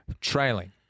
trailing